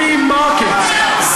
free market,